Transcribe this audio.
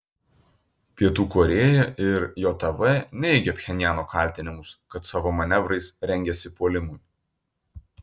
pietų korėja ir jav neigia pchenjano kaltinimus kad savo manevrais rengiasi puolimui